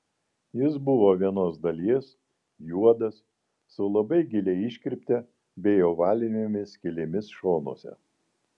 jis buvo vienos dalies juodas su labai gilia iškirpte bei ovalinėmis skylėmis šonuose